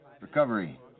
Recovery